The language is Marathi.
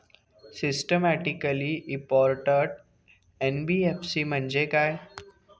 सिस्टमॅटिकली इंपॉर्टंट एन.बी.एफ.सी म्हणजे काय?